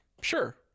sure